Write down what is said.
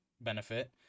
benefit